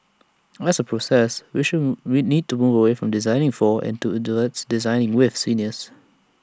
as A process we should we need to move away from 'designing for' and towards 'designing with' seniors